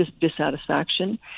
dissatisfaction